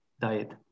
diet